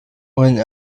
when